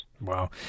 Wow